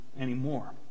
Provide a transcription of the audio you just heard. anymore